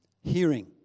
hearing